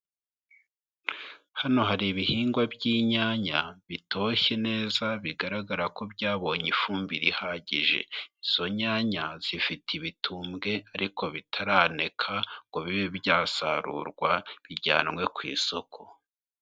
Hano hari ibihingwa by'inyanya bitoshye neza bigaragara ko byabonye ifumbire ihagije, izo nyanya zifite ibitumbwe ariko bitaraneka ngo bibe byasarurwa bijyanywe ku isoko.